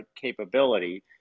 capability